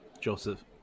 Joseph